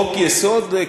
חוק-יסוד?